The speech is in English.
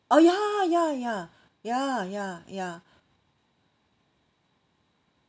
oh ya ya ya ya ya ya